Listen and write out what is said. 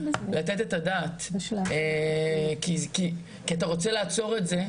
לתת את הדעת כי אתה רוצה לעצור את זה.